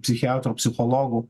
psichiatrų psichologų